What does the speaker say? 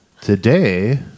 Today